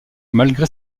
malgré